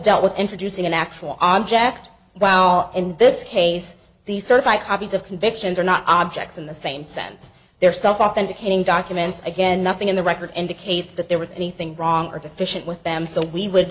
dealt with introducing an actual object while in this case the certified copies of convictions are not objects in the same sense their self authenticating documents again nothing in the record indicates that there was anything wrong or deficient with them so we would